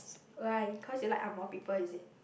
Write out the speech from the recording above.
like cause you like angmoh people is it